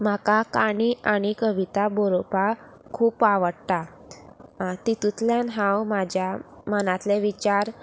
म्हाका काणी आनी कविता बरोवपाक खूब आवडटा तितूंतल्यान हांव म्हाज्या मनांतले विचार